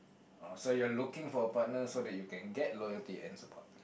oh so you are looking for a partner so that you can get loyalty and support